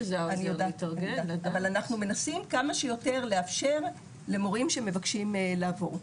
אבל אנחנו מנסים כמה שיותר לאפשר למורים שמבקשים לעבור.